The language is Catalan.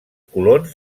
colons